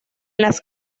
las